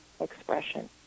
expression